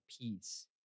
peace